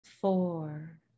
Four